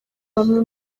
bamwe